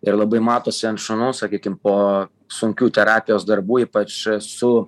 ir labai matosi ant šunų sakykim po sunkių terapijos darbų ypač su